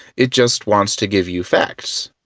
it just wants to give you facts.